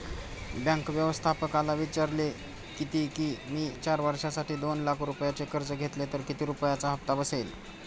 bank व्यवस्थापकाला विचारले किती की, मी चार वर्षांसाठी दोन लाख रुपयांचे कर्ज घेतले तर किती रुपयांचा हप्ता बसेल